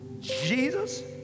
Jesus